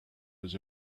was